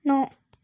नौ